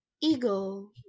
eagle